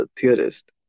theorist